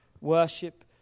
worship